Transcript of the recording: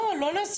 לא.